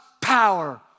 power